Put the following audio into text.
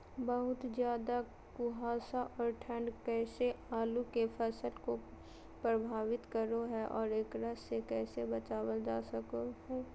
बहुत ज्यादा कुहासा और ठंड कैसे आलु के फसल के प्रभावित करो है और एकरा से कैसे बचल जा सको है?